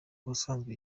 ubusanzwe